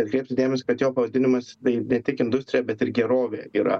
atkreipti dėmesį kad jo pavadinimas ne tik industrija bet ir gerovė yra